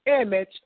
image